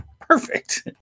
Perfect